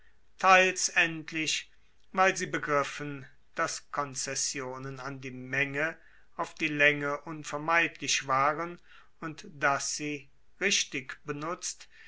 teils endlich weil sie begriffen dass konzessionen an die menge auf die laenge unvermeidlich waren und dass sie richtig benutzt